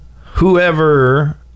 whoever